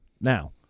now